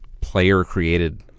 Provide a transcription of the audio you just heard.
player-created